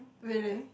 really